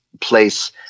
place